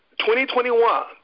2021